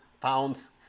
pounds